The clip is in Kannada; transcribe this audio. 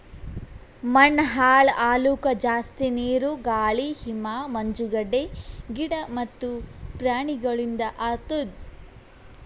ಮಣ್ಣ ಹಾಳ್ ಆಲುಕ್ ಜಾಸ್ತಿ ನೀರು, ಗಾಳಿ, ಹಿಮ, ಮಂಜುಗಡ್ಡೆ, ಗಿಡ ಮತ್ತ ಪ್ರಾಣಿಗೊಳಿಂದ್ ಆತುದ್